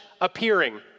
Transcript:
Appearing